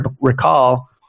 recall